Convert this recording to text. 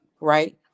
right